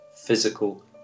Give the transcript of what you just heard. physical